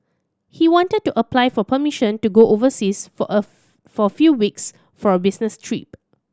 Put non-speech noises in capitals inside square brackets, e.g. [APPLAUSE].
he wanted to apply for permission to go overseas for a [UNINTELLIGIBLE] for few weeks from business trip